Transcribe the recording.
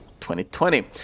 2020